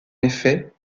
effet